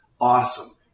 awesome